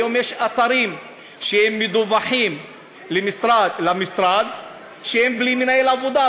היום יש אתרים שמדווח למשרד שהם בלי מנהל עבודה,